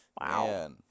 wow